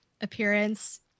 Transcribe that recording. appearance